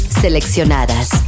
seleccionadas